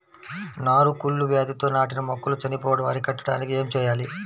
నారు కుళ్ళు వ్యాధితో నాటిన మొక్కలు చనిపోవడం అరికట్టడానికి ఏమి చేయాలి?